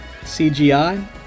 CGI